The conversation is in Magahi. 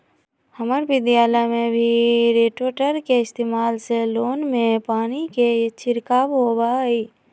हम्मर विद्यालय में भी रोटेटर के इस्तेमाल से लोन में पानी के छिड़काव होबा हई